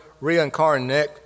reincarnate